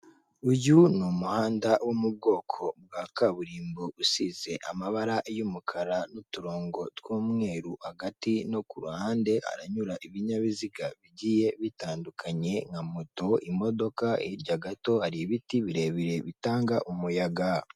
Uyu ni umuhanda wo mu bwoko bwa kaburimbo usize amabara y'umukara n'uturongo tw'umweru, hagati no kuhande haranyura ibinyabiziga bigiye bitandukanye nka moto imodoka hirya gato hari ibiti birebire bitanga umuyaga.